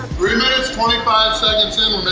three minutes, twenty five seconds in.